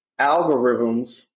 algorithms